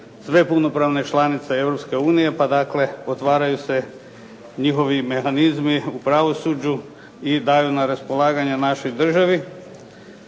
sve punopravne članice Europske unije, pa dakle otvaraju se njihovi mehanizmi u pravosuđu i daju na raspolaganje našoj državi.